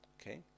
okay